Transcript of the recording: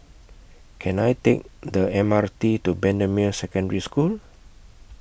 Can I Take The M R T to Bendemeer Secondary School